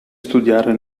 studiare